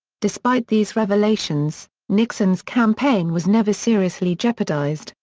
despite these revelations, nixon's campaign was never seriously jeopardized,